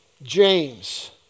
James